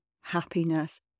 happiness